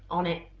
on it.